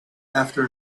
after